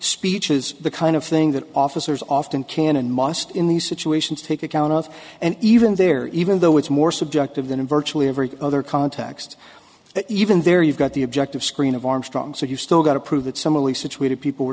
speech is the kind of thing that officers often can and must in these situations take account of and even there even though it's more subjective than in virtually every other context that even there you've got the objective screen of armstrong so you've still got to prove that similarly situated people were